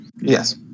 Yes